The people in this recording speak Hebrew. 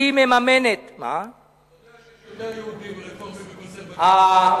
אתה יודע שיש יותר יהודים רפורמים וקונסרבטיבים מאשר,